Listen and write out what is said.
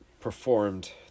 performed